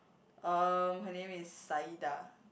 um her name is Sayidah